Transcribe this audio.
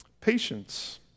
patience